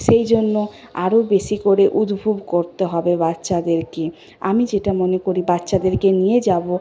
সেই জন্য আরো বেশি করে উদবুদ্ধ করতে হবে বাচ্চাদেরকে আমি যেটা মনে করি বাচ্চাদেরকে নিয়ে যাব